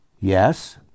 yes